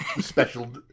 special